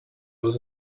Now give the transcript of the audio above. was